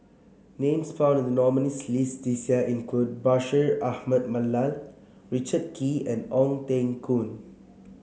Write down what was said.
names found in the nominees' list this year include Bashir Ahmad Mallal Richard Kee and Ong Teng Koon